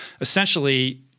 essentially